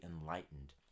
enlightened